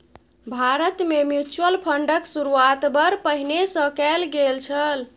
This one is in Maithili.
भारतमे म्यूचुअल फंडक शुरूआत बड़ पहिने सँ कैल गेल छल